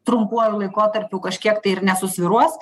trumpuoju laikotarpiu kažkiek tai ir nesusvyruos